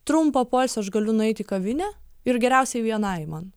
trumpo poilsio aš galiu nueit į kavinę ir geriausiai vienai man